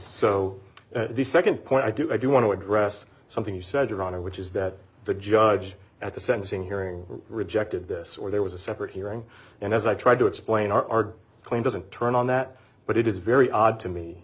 so the nd point i do i do want to address something you said your honor which is that the judge at the sentencing hearing rejected this or there was a separate hearing and as i tried to explain our claim doesn't turn on that but it is very odd to me